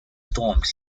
stormed